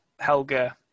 Helga